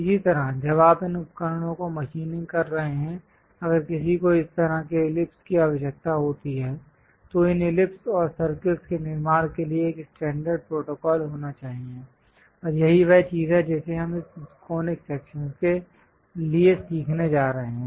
इसी तरह जब आप इन उपकरणों को मशीनिंग कर रहे हैं अगर किसी को इस तरह के इलिप्स की आवश्यकता होती है तो इन इलिप्स और सर्कल्स के निर्माण के लिए एक स्टैंडर्ड प्रोटोकॉल होना चाहिए और यही वह चीज है जिसे हम इस कॉनिक सेक्शंस के लिए सीखने जा रहे हैं